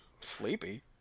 Sleepy